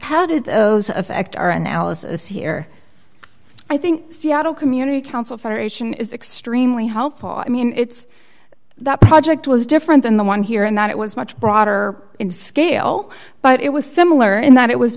how did those affect our analysis here i think seattle community council federation is extremely helpful i mean it's that project was different than the one here in that it was much broader in scale but it was similar in that it was